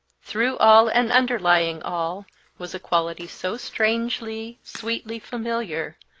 through all and underlying all was a quality so strangely, sweetly familiar,